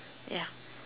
ya